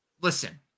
Listen